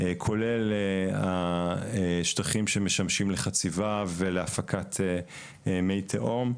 כולל השטחים שמשמשים לחציבה ולהפקת מי תהום,